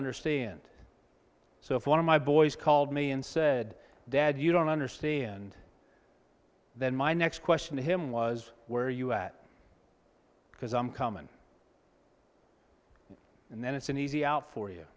understand so if one of my boys called me and said dad you don't understand then my next question to him was where you at because i'm coming and then it's an easy out for you